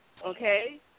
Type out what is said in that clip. okay